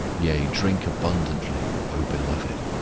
yea, drink abundantly, o beloved.